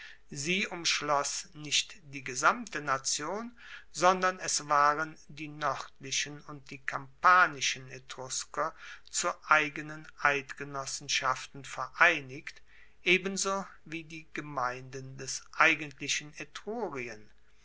sie umschloss nicht die gesamte nation sondern es waren die noerdlichen und die kampanischen etrusker zu eigenen eidgenossenschaften vereinigt ebenso wie die gemeinden des eigentlichen